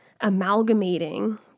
amalgamating